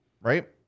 right